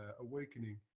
awakening